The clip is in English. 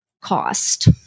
cost